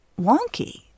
wonky